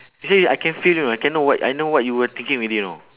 you see I can feel you know I can know what I know what you were thinking already know